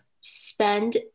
spend